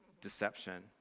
deception